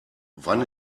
wann